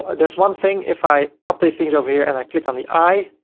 there's one thing, if i update things over here and i click on the i,